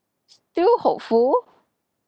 still hopeful